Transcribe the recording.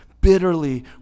bitterly